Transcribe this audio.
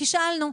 כי שאלנו.